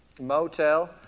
motel